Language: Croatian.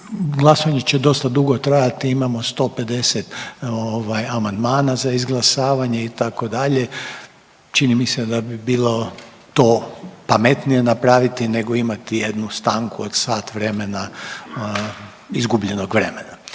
glasovanje će dosta dugo trajati imamo 150 amandmana za izglasavanje itd., čini mi se da bi bilo to pametnije napraviti nego imati jednu stanku od sat vremena izgubljenog vremena.